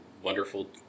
wonderful